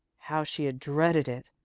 how she had dreaded it!